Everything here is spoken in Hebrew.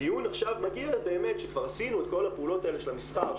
הדיון עכשיו מגיע שכבר באמת עשינו את כל הפעולות האלה של המסחר,